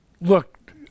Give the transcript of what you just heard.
look